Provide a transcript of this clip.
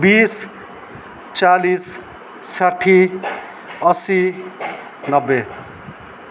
बिस चालिस साठी अस्सी नब्बे